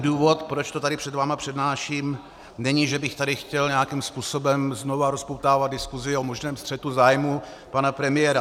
Důvod, proč to tady před vámi přednáším, není, že bych tady chtěl nějakým způsobem znovu rozpoutávat diskusi o možném střetu zájmů pana premiéra.